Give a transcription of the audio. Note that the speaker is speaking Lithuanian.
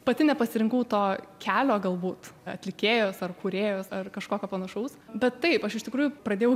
pati nepasirinkau to kelio galbūt atlikėjos ar kūrėjos ar kažkokio panašaus bet taip aš iš tikrųjų pradėjau